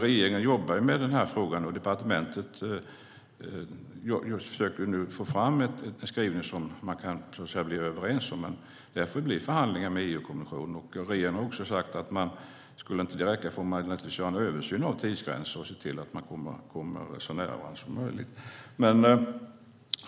Regeringen jobbar med den här frågan, och departementet försöker nu få fram en skrivning som man kan bli överens om. Det får bli förhandlingar med EU-kommissionen om detta, och regeringen har också sagt att skulle det inte räcka får man göra en översyn av tidsgränser och se till att man kommer så nära varandra som möjligt.